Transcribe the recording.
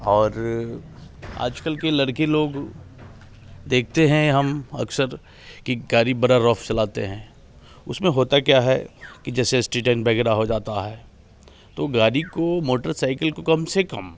और आजकल के लड़के लोग देखते हैं हम अक्सर कि गाड़ी बड़ा रफ चलाते हैं उसमें होता क्या है कि जैसे एक्सीडेंट वगैरह हो जाता है तो गाड़ी को मोटरसाइकिल को कम से कम